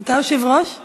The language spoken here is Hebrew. אתה יושב-ראש הוועדה?